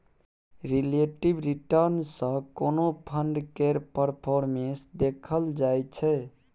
relative return सँ कोनो fund केर परफॉर्मेस देखल जाइ छै